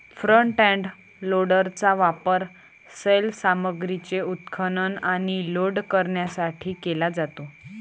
front end लोडरचा वापर सैल सामग्रीचे उत्खनन आणि लोड करण्यासाठी केला जातो